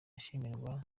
ashimirwa